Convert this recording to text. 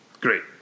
great